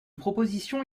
propositions